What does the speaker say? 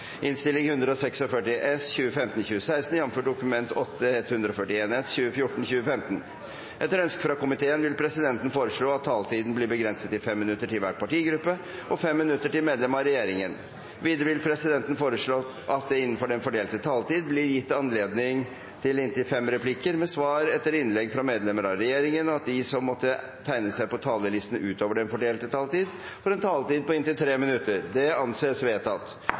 for barn og unges psykiske helse. Forslagene vil bli behandlet på reglementsmessig måte. Etter ønske fra familie- og kulturkomiteen vil presidenten foreslå at taletiden blir begrenset til 5 minutter til hver partigruppe og 5 minutter til medlemmer av regjeringen. Videre vil presidenten foreslå at det blir gitt anledning til inntil fem replikker med svar etter innlegg fra medlemmer av regjeringen innenfor den fordelte taletid, og at de som måtte tegne seg på talerlisten utover den fordelte taletid, får en taletid på inntil 3 minutter. – Det anses vedtatt.